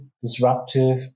disruptive